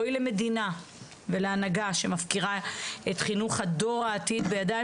אוי למדינה ולהנהגה שמפקירה את חינוך דור העתיד בידיים